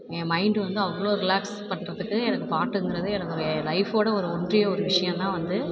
என் mind வந்து அவ்வளோ relax பண்ணுறதுக்கு எனக்கு பாட்டுங்கிறது எனக்கு ஒரு லைஃபோட ஒரு ஒன்றிய ஒரு விஷயம் தான் வந்து